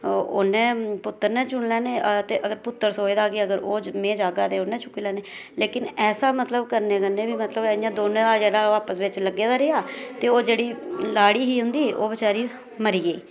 उन्ने पुतरे ने चुनी लैने अगर पुत्तर सोचदा हा कि अगर में जागा ते उनें चुक्की लैने लेकिन ऐसा मतलब करने कन्नै बी इनें दौनें दा अपस बिच लग्गे दा रेहा ते ओह् जेहड़ी लाड़ी ही उंदी ओह् बचैरी मरी गेई